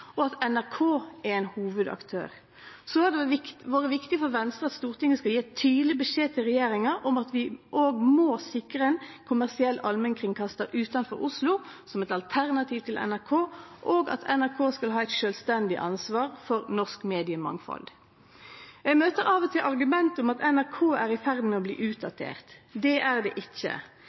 og at NRK er ein hovudaktør. Så har det vore viktig for Venstre at Stortinget skal gje tydeleg beskjed til regjeringa om at vi òg må sikre ein kommersiell allmennkringkastar utanfor Oslo som eit alternativ til NRK, og at NRK skal ha eit sjølvstendig ansvar for norsk mediemangfald. Ein møter av og til argumentet om at NRK er i ferd med å bli utdatert. Det er det ikkje.